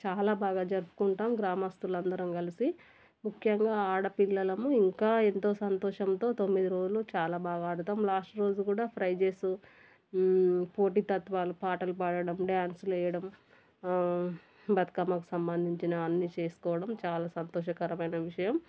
చాలా బాగా జరుపుకుంటాము గ్రామస్తులందరం కలిసి ముఖ్యంగా ఆడపిల్లలము ఇంకా ఎంతో సంతోషంతో తొమ్మిది రోజులు చాలా బాగా ఆడతాము లాస్ట్ రోజు కూడా ప్రైజెస్ పోటీ తత్వాలు పాటలు పాడడం డ్యాన్సులు వెయ్యడం బతుకమ్మకు సంబంధించిన అన్నీ చేసుకోవడం చాలా సంతోషకరమైన విషయం